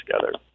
together